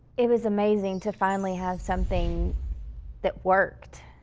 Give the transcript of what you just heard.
it was amazing to finally have something that worked.